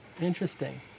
interesting